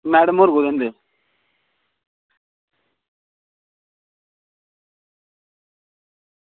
madam होर कुत्थें न ते